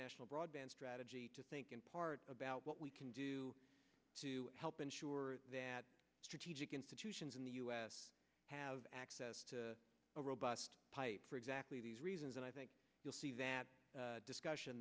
national broadband strategy to think in part about what we can do to help ensure that strategic institutions in the u s have access to a robust pipe for exactly these reasons and i think you'll see that discussion